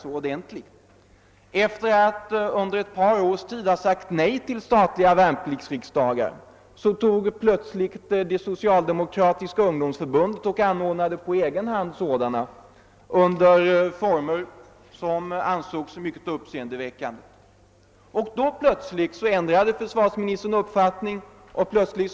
Sedan försvarsministern: under ett par års tid sagt nej till statliga värnpliktsriksdagar, anordnade Socialdemokratiska ungdomsförbundet på egen hand sådana riksdagar under former som ansågs vara mycket uppseendeväckande — och då ändrade försvarsministern plötsligt uppfattning.